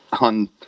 on